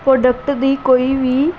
product ਦੀ ਕੋਈ ਵੀ